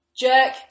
Jerk